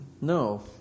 No